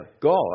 God